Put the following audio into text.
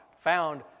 found